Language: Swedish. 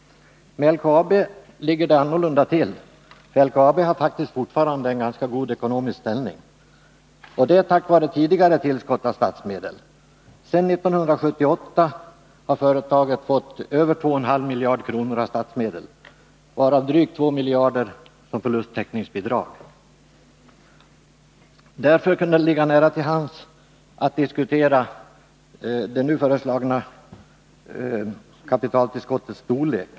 För LKAB ligger det annorlunda till. LKAB har faktiskt fortfarande en ganska god ekonomisk ställning — tack vare tidigare tillskott av statsmedel. Sedan 1978 har företaget fått över 2,5 miljarder kronor av statsmedel, varav drygt 2 miljarder som förlusttäckningsbidrag. Därför kunde det ligga nära till hands att diskutera det nu föreslagna kapitaltillskottets storlek.